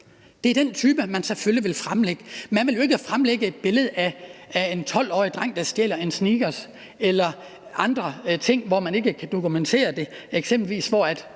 den type sager, man vil fremlægge. Man vil jo ikke fremlægge et billede af en 12-årig dreng, der stjæler en Snickers eller andre ting, hvor man ikke kan dokumentere det, og hvor